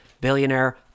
billionaire